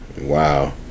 Wow